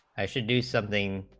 i should do something